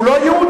הוא לא יהודי.